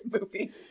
movie